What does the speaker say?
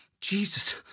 Jesus